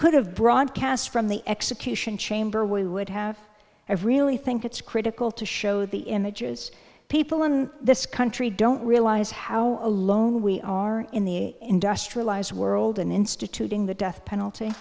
could have broadcast from the execution chamber we would have a really think it's critical to show the images people in this country don't realize how alone we are in the industrialized world in instituting the death penalty